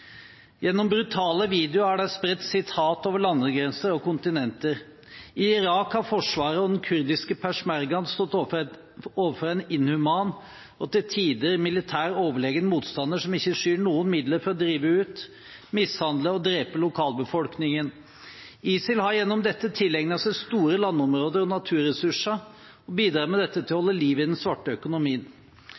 Gjennom brutale videoer er det spredt sitater over landegrenser og kontinenter. I Irak har forsvaret og den kurdiske peshmergaen stått overfor en inhuman og til tider overlegen militær motstander som ikke skyr noen midler for å drive ut, mishandle og drepe lokalbefolkningen. ISIL har gjennom dette tilegnet seg store landområder og naturressurser og bidrar med dette til å holde liv i den svarte økonomien.